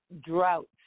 droughts